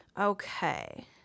Okay